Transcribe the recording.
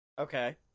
Okay